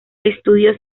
estudió